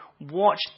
watch